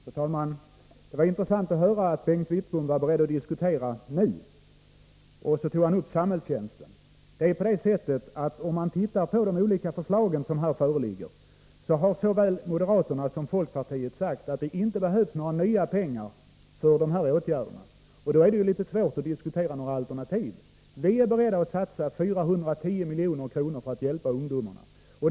Fru talman! Det var intressant att höra att Bengt Wittbom var beredd att diskutera nu, och att han tog upp frågan om samhällstjänsten. När det gäller de förslag som föreligger har såväl moderaterna som folkpartiet sagt att det inte behövs några nya pengar för dessa åtgärder. Då är det litet svårt att diskutera alternativ. Vi är beredda att satsa 410 milj.kr. för att hjälpa ungdomarna.